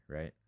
right